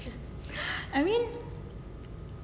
I mean